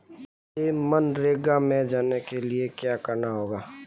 मुझे मनरेगा में जाने के लिए क्या करना होगा?